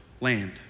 land